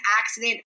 accident